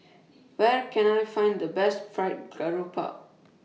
Where Can I Find The Best Fried Garoupa